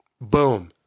Boom